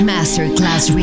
Masterclass